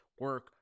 Work